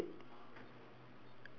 brown blue red